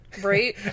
right